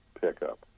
pickup